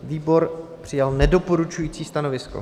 Výbor přijal nedoporučující stanovisko.